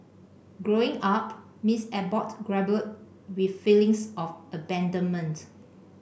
Growing Up Miss Abbott grappled with feelings of abandonment